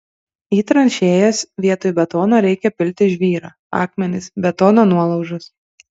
į tranšėjas vietoj betono reikia pilti žvyrą akmenis betono nuolaužas